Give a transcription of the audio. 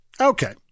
Okay